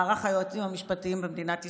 מערך היועצים המשפטיים במדינת ישראל,